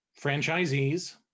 franchisees